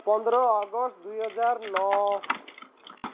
ପନ୍ଦର ଅଗଷ୍ଟ ଦୁଇ ହଜାର ନଅ